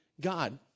god